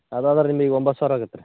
ಅದು ಆದರೆ ನಿಮಗೆ ಒಂಬತ್ತು ಸಾವಿರ ಆಗತ್ತೆ ರೀ